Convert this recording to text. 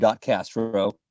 castro